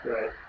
Right